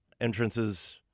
entrances